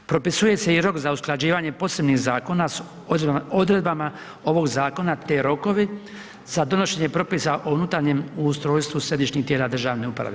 Propisuje se i rok za usklađivanje posebnih zakona s odredbama ovog zakona te rokovi za donošenje propisa o unutarnjem ustrojstvu središnjih tijela državne uprave.